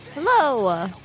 Hello